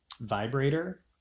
vibrator